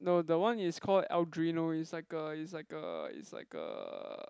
no the one is call Arduino it's like a it's like a it's like a